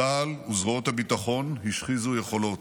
צה"ל וזרועות הביטחון השחיזו יכולות.